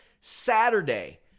Saturday